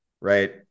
right